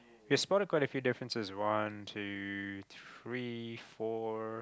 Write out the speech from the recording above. we spotted quite a few differences one two three four